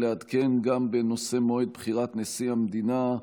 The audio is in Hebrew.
לעדכן גם בנושא מועד בחירת נשיא המדינה,